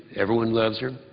everyone loves her.